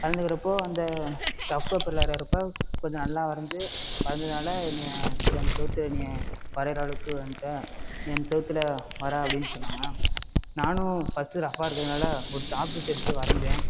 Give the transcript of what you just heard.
கலந்துக்கிறப்போ அந்த ரஃப் பேப்பர்ல வரைகிறப்போ கொஞ்சம் நல்லா வரைஞ்சி வரைஞ்சதனால என்னையை சரி அந்த சுவுத்துல நீ வரைகிற அளவுக்கு வந்துட்ட நீ அந்த சுவுத்துல வரை அப்படின்னு சொன்னாங்கள் நானும் ஃபஸ்ட்டு ரஃப்பாக இருக்கதனால ஒரு சாப்பீஸ் எடுத்து வரைஞ்சேன்